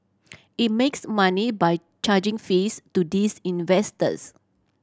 it makes money by charging fees to these investors